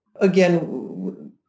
again